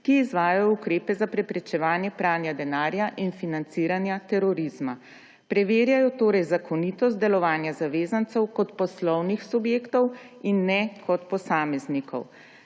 ki izvajajo ukrepe za preprečevanje pranja denarja in financiranja terorizma. Preverjajo torej zakonitost delovanja zavezancev kot poslovnih subjektov in ne kot posameznikov.